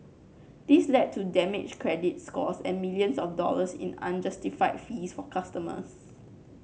this led to damaged credit scores and millions of dollars in unjustified fees for customers